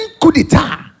kudita